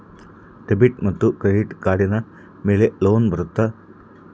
Debit ಮತ್ತು credit ಕಾರ್ಡಿನ ಮೇಲೆ ಲೋನ್ ಬರುತ್ತಾ?